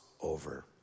over